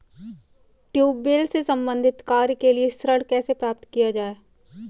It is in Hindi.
ट्यूबेल से संबंधित कार्य के लिए ऋण कैसे प्राप्त किया जाए?